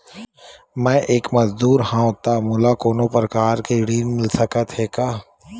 मैं एक मजदूर हंव त मोला कोनो प्रकार के ऋण मिल सकत हे का?